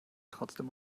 trotzdem